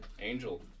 Angel